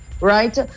right